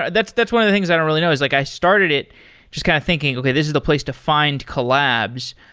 and that's that's one of the things i don't really know, is like i started it just kind of thinking, okay. this is the place to collabs,